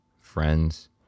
friends